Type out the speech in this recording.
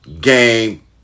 game